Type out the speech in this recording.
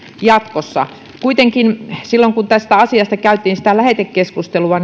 jatkossa kuitenkin siinä yhteydessä kun tästä asiasta käytiin lähetekeskustelua